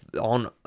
on